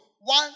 One